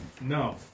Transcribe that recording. No